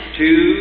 two